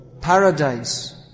paradise